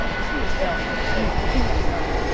listen to yourself, please, listen to yourself.